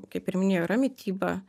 kaip ir minėjau yra mityba